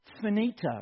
Finito